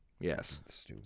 Yes